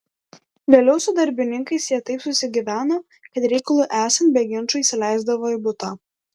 vėliau su darbininkais jie taip susigyveno kad reikalui esant be ginčų įsileisdavo į butą